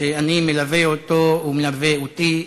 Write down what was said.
ואני מלווה אותו, הוא מלווה אותי,